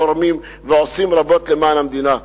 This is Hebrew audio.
תורמים ועושים רבות למען המדינה.